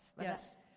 yes